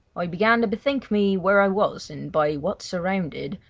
i began to bethink me where i was and by what surrounded,